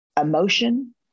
emotion